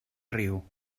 riu